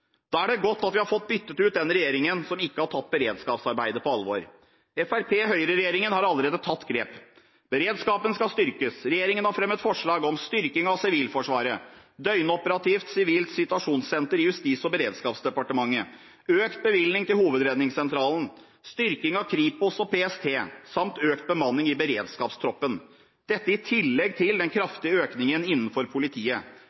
Da er det godt at vi har fått byttet ut den regjeringen som ikke har tatt beredskapsarbeidet på alvor. Høyre–Fremskrittsparti-regjeringen har allerede tatt grep: Beredskapen skal styrkes. Regjeringen har fremmet forslag om styrking av Sivilforsvaret, døgnoperativt sivilt situasjonssenter i Justis- og beredskapsdepartementet, økt bevilgning til Hovedredningssentralen, styrking av Kripos og PST samt økt bemanning i beredskapstroppen. Dette kommer i tillegg til den kraftige økningen innenfor politiet